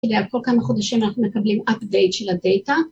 כל כמה חודשים אנחנו מקבלים update של הדאטה.